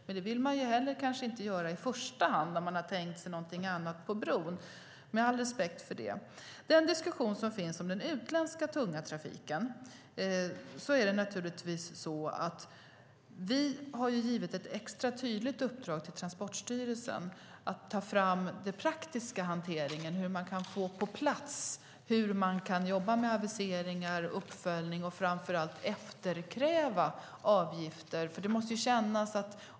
Det vill man kanske inte göra i första hand när man har tänkt sig någonting annat på bron, med all respekt för det. När det gäller den utländska tunga trafiken har vi givit ett extra tydligt uppdrag till Transportstyrelsen att undersöka hur man rent praktiskt kan få plats avgifter och jobba med aviseringar, uppföljningar och framför allt efterkräva avgifter.